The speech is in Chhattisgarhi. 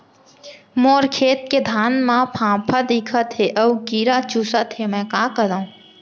मोर खेत के धान मा फ़ांफां दिखत हे अऊ कीरा चुसत हे मैं का करंव?